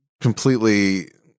completely